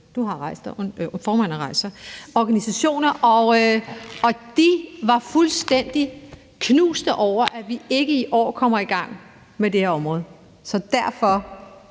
jeg kan se, at formanden har rejst sig – og de var fuldstændig knuste over, at vi ikke kommer i gang med det her område i år. Derfor